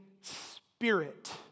spirit